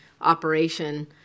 operation